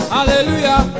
Hallelujah